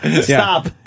stop